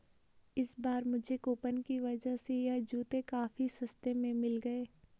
इस बार मुझे कूपन की वजह से यह जूते काफी सस्ते में मिल गए